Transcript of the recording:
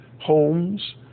homes